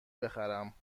بخرم